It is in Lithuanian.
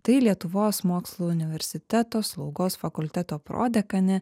tai lietuvos mokslų universiteto slaugos fakulteto prodekanė